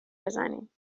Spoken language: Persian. بزنیم